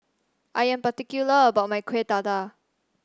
I am particular about my Kueh Dadar